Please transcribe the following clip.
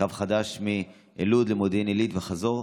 קו חדש מלוד למודיעין עילית וחזור,